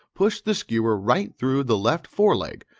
push the skewer right through the left fore-leg,